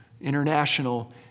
International